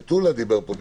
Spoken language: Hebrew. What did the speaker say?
מטולה דיבר פה קודם,